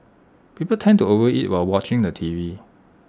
people tend to overeat while watching the T V